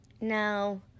Now